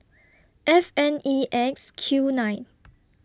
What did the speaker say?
F N E X Q nine